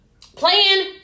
plan